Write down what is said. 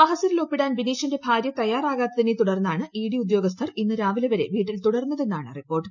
മഹസറിൽ ഒപ്പിട്ടുൻ ബിനീഷിന്റെ ഭാര്യ തയ്യാറാകാത്തതിനെ തുടർന്നാണ് ഇഡ് ഉദ്യോഗസ്ഥർ ഇന്ന് രാവിലെ വരെ വീട്ടിൽ തുടർന്നതെന്നാണ്ട് റിപ്പോർട്ട്